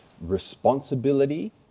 responsibility